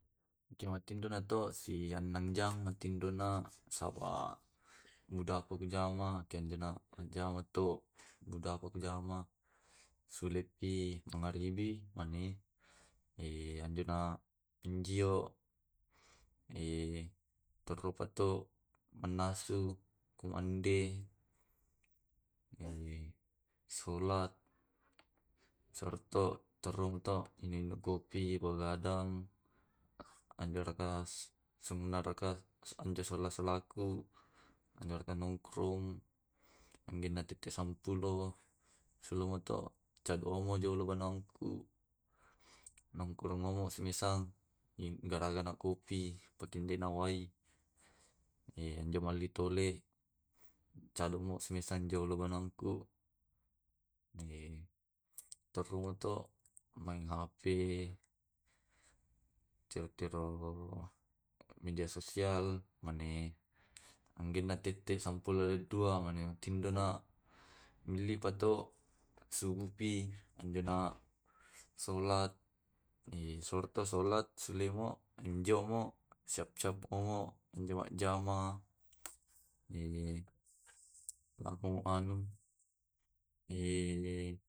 Yake matindo nato si anang jang natingdona saba mudaku pu jama kenjana to gudaku pu jama. sulepi mangaribi, mane anjona enjio terru patu mannasu kumande, sulat, sorto terrum to kopi begadang anjo raka sunna raka anjo sola solaku anjo raka nongkrong anjuka tette samppulo sulomato jagaomo jalupa nongku. Nongkronga semisa e garaga ma kopi paketende ma wai, jo melli tole calomo samisa jolo banongku terruna to main hp, chat ki ro media sosial. mane angkenna tette sempulo dua mane emilipato subuh pi to angkena solat, sorto solat sulemo njomo siap siap ma majjama kampung anu.